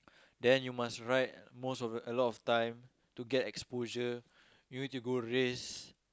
then you must ride most of the a lot of time to get exposure you need to go race